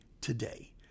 today